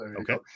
Okay